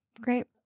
Great